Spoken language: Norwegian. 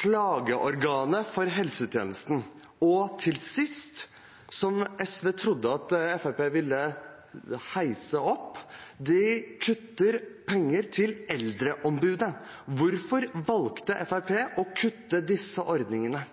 klageorganet for helsetjenesten, og til sist, noe SV trodde Fremskrittspartiet ville løfte, kutter de i pengene til Eldreombudet. Hvorfor valgte Fremskrittspartiet å kutte i disse ordningene?